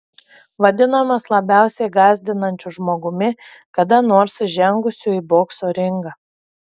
vadinamas labiausiai gąsdinančiu žmogumi kada nors įžengusiu į bokso ringą